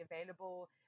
available